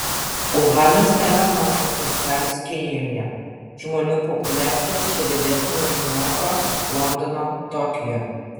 uhanas nėra mažas miestelis kinijoje žmonių populiacija čia didesnė už niujorko londono tokijo